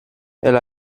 elle